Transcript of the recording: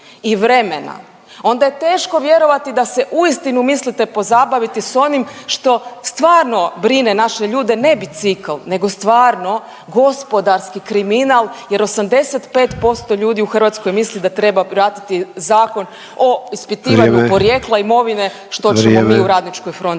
i vremena onda je teško vjerovati da se uistinu mislite pozabaviti s onim što stvarno brine naše ljude, ne bicikl nego stvarno gospodarski kriminal jer 85% ljudi u Hrvatskoj misli da treba vratiti Zakon o …/Upadica Ante Sanader: Vrijeme./… ispitivanju porijekla imovine što ćemo mi u …/Upadica Ante